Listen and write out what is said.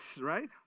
right